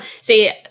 see